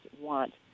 want